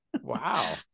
Wow